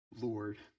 Lord